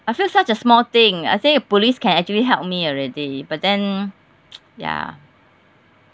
I feel such a small thing I say police can actually help me already but then ya